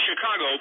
Chicago